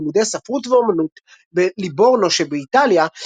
לימודי ספרות ואמנות בליבורנו באיטליה,